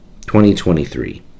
2023